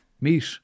meet